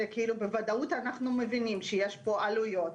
זה בוודאות אנחנו מבינים שיש פה עלויות,